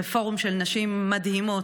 זה פורום של נשים מדהימות,